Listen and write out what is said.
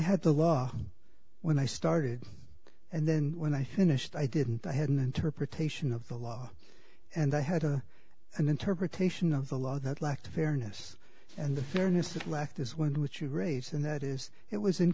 had the law when i started and then when i finished i didn't i had an interpretation of the law and i had to an interpretation of the law that lacked fairness and the fairness it lacked is one which you raised and that is it was in